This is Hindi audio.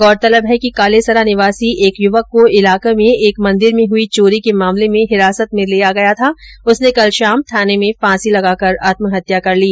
गौरतलब है कि कालेसरा निवासी एक युवक को इलाके में एक मंदिर में हुई चोरी के मामले में हिरासत में लिया गया था उसने कल शाम थाने में फांसी लगाकर आत्महत्या कर ली